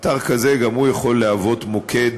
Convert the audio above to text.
אתר כזה גם יכול להוות מוקד